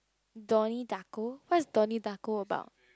Donnie-Darko what is Donnie-Darko about